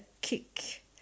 kick